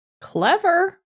clever